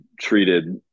treated